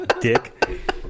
Dick